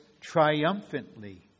triumphantly